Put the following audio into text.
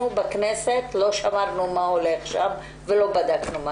בכנסת לא שמענו מה הולך שם ולא בדקנו.